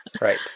Right